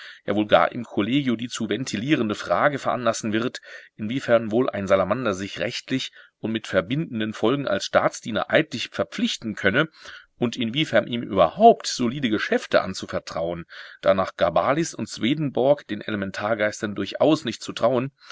ja wohl gar im kollegio die zu ventilierende frage veranlassen wird inwiefern wohl ein salamander sich rechtlich und mit verbindenden folgen als staatsdiener eidlich verpflichten könne und inwiefern ihm überhaupt solide geschäfte anzuvertrauen da nach gabalis und swedenborg den elementargeistern durchaus nicht zu trauen